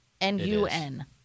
N-U-N